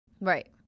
Right